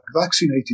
vaccinated